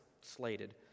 slated